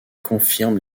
confirment